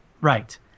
Right